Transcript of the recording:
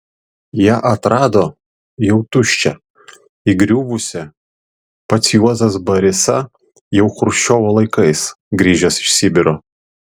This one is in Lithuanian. ją atrado jau tuščią įgriuvusią pats juozas barisa jau chruščiovo laikais grįžęs iš sibiro